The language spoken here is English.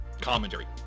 commentary